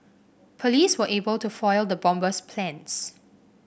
police were able to foil the bomber's plans